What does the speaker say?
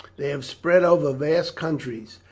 they have spread over vast countries,